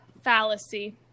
Fallacy